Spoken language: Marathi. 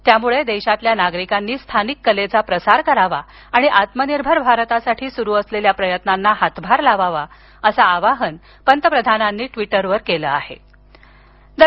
त्यामुळे देशातील नागरिकांनी स्थानिक कलेचा प्रसार करावा आणि आत्मनिर्भर भारतासाठी सुरू असलेल्या प्रयत्नांना हातभार लावावा असं आवाहन पंतप्रधानांनी ट्विटरवरून दिलेल्या संदेशात केलं आहे